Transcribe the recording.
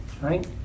right